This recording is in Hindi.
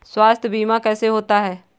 स्वास्थ्य बीमा कैसे होता है?